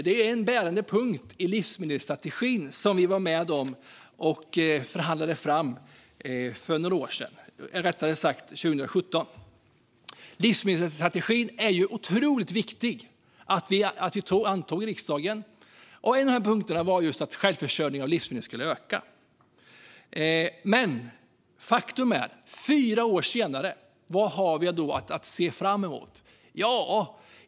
Det är en bärande punkt i livsmedelsstrategin, som vi var med och förhandlade fram för några år sedan, eller rättare sagt 2017. Livsmedelsstrategin, som vi antog i riksdagen, är otroligt viktig. En av punkterna var just att självförsörjningen av livsmedel skulle öka. Men vad har vi då att se fram emot så här fyra år senare?